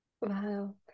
wow